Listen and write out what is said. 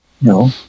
no